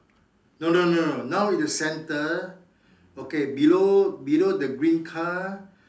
no no no no now is center okay below below the green car